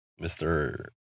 Mr